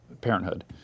Parenthood